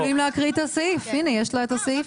אתם יכולים להקריא את הסעיף, יש לה את הסעיף כאן.